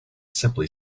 simply